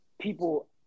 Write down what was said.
people